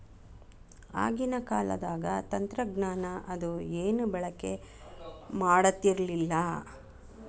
ಆಗಿನ ಕಾಲದಾಗ ತಂತ್ರಜ್ಞಾನ ಅದು ಏನು ಬಳಕೆ ಮಾಡತಿರ್ಲಿಲ್ಲಾ